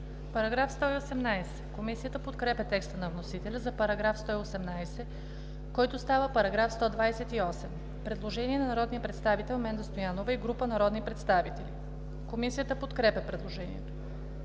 СТОЯНОВА: Комисията подкрепя текста на вносителя за § 138, който става § 151. Предложение на народния представител Менда Стоянова и група народни представители. Комисията подкрепя предложението.